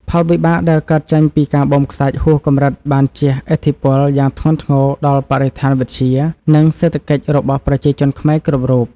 ផលវិបាកដែលកើតចេញពីការបូមខ្សាច់ហួសកម្រិតបានជះឥទ្ធិពលយ៉ាងធ្ងន់ធ្ងរដល់បរិស្ថានវិទ្យា និង សេដ្ឋកិច្ចរបស់ប្រជាជនខ្មែរគ្រប់រូប។